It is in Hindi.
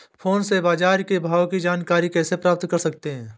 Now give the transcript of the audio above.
फोन से बाजार के भाव की जानकारी कैसे प्राप्त कर सकते हैं?